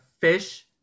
fish